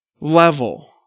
level